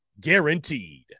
guaranteed